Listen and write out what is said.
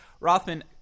Rothman